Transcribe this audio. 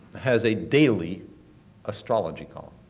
has a daily astrology column.